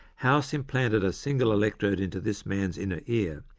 house implanted a single electrode into this man's inner ear,